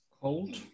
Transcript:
Cold